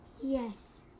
Yes